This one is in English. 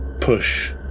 push